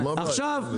אז מה הבעיה?